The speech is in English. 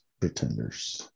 pretenders